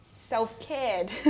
Self-cared